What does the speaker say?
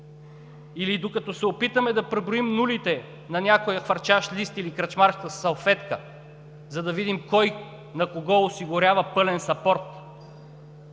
или докато се опитаме да преброим нулите на някой хвърчащ лист или кръчмарска салфетка, за да видим кой на кого осигурява пълен съпорт?!